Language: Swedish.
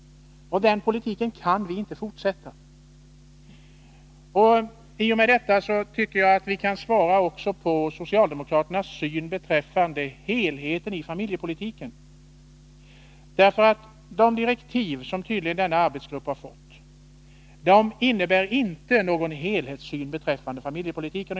Den politiken kan vi inte fortsätta. Jag tycker att vi i och med detta fått besked beträffande socialdemokraternas syn på helheten i familjepolitiken. De direktiv som arbetsgruppen tydligen har fått innebär inte någon helhetssyn beträffande familjepolitiken.